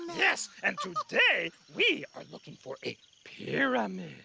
yes and today we are looking for a pyramid.